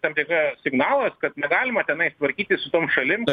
tam tikras signalas kad negalima tenais tvarkytis su tom šalim